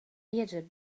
يجب